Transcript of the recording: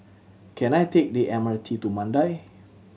can I take the M R T to Mandai